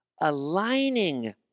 aligning